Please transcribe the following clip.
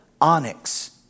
onyx